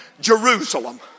Jerusalem